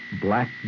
black